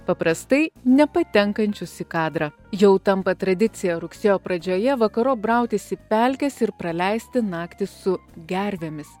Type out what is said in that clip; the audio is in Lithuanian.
paprastai nepatenkančius į kadrą jau tampa tradicija rugsėjo pradžioje vakarop brautis į pelkes ir praleisti naktį su gervėmis